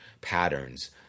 patterns